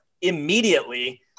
immediately